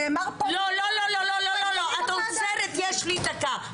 נאמר פה --- לא, לא, לא, את עוצרת, יש לי דקה.